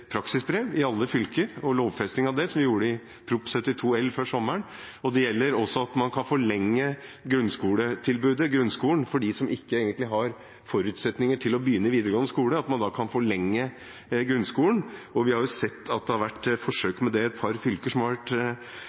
praksisbrev i alle fylker og lovfesting av det, som vi gjorde i Prop. 72 L før sommeren, og det gjelder også at man kan forlenge grunnskolen for dem som egentlig ikke har forutsetninger for å begynne i videregående skole. Vi har sett at det har vært forsøk med å forlenge grunnskolen i et par fylker, som har vært